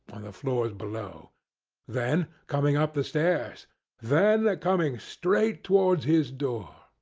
on the floors below then coming up the stairs then coming straight towards his door.